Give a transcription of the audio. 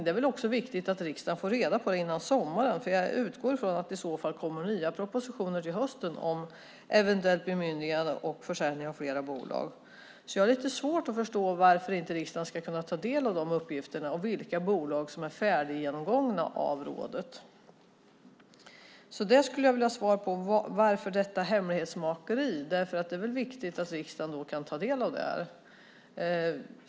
Det är väl också viktigt at riksdagen får reda på det före sommaren, för jag utgår ifrån att det i så fall kommer nya propositioner till hösten om eventuellt bemyndigande och försäljning av flera bolag. Jag har lite svårt att förstå varför inte riksdagen ska kunna ta del av uppgifterna om vilka bolag som är färdiggenomgångna av rådet. Jag skulle alltså vilja ha svar på detta: Varför detta hemlighetsmakeri? Det är väl viktigt att riksdagen kan ta del av det här.